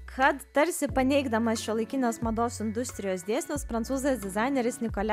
kad tarsi paneigdamas šiuolaikinės mados industrijos dėsnius prancūzas dizaineris nicola